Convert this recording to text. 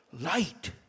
Light